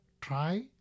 try